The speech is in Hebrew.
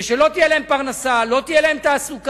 ושלא תהיה להם פרנסה, לא תהיה להם תעסוקה